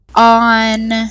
On